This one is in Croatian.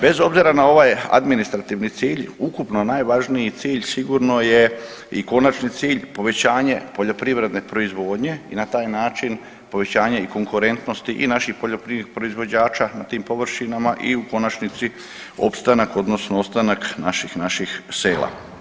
Bez obzira na ovaj administrativni cilj ukupno najvažniji cilj sigurno je i konačni cilj povećanje poljoprivredne proizvodnje i na taj način povećanje i konkurentnosti i naših poljoprivrednih proizvođača na tim površinama i u konačnici opstanak odnosno ostanak naših, naših sela.